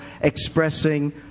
expressing